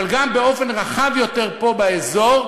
אבל גם באופן רחב יותר פה באזור,